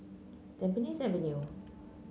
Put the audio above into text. Tampines Avenue